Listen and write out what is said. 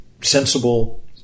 sensible